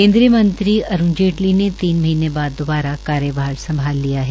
केन्द्रीय मंत्री अरूण जेटली ने तीन महीने बाद दोबारा कार्यभार संभाल लिया है